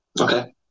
Okay